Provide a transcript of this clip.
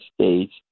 States